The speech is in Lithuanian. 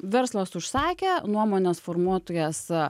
verslas užsakė nuomonės formuotojas